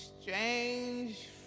Strange